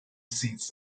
seats